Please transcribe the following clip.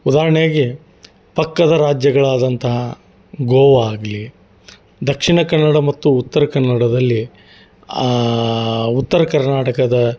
ಉದಾಹರಣೆಗೆ ಪಕ್ಕದ ರಾಜ್ಯಗಳಾದಂಥ ಗೋವಾ ಆಗಲಿ ದಕ್ಷಿಣ ಕನ್ನಡ ಮತ್ತು ಉತ್ತರ ಕನ್ನಡದಲ್ಲಿ ಉತ್ತರ ಕರ್ನಾಟಕದ